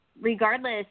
regardless